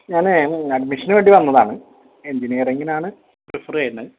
ഞാനെ അഡ്മിഷന് വേണ്ടി വന്നതാണ് എൻജിനിയറിങ്ങിനാണ് പ്രിഫറ് ചെയുന്നത്